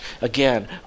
Again